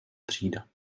třída